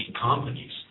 companies